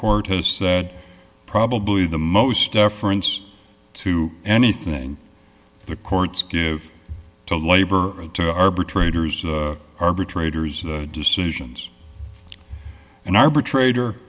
court has said probably the most deference to anything the courts give to labor to arbitrators arbitrators decisions an arbitrator